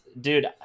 Dude